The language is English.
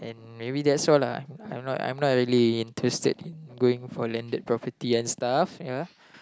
and maybe that's all lah I'm not I'm not really interested in going for landed property and stuff ya